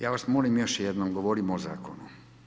Ja vas molim još jednom, govorimo o Zakonu.